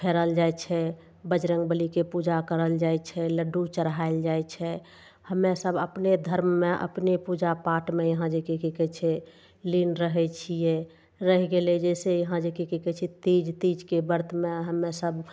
Feral जाइ छै बजरङ्ग बलीके पूजा करल जाइ छै लड्डू चढ़ाएल जाइ छै हमे सब अपने धर्ममे अपने पूजा पाठमे यहाँ जेकी कि कहै छै लीन रहै छियै रहि गेलै जैसे यहाँ जेकी तीज तीजके ब्रतमे हमे सब